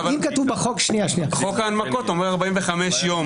חוק ההנמקות אומר "45 יום".